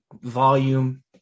volume